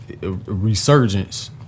resurgence